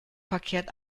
verkehrt